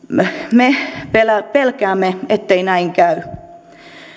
me pelkäämme ettei näin käy